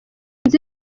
nzi